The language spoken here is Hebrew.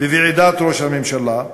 ראש הממשלה,